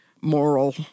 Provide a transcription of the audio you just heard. moral